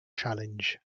challenge